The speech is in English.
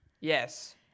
Yes